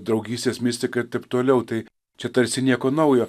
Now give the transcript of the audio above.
draugystės mistika ir taip toliau tai čia tarsi nieko naujo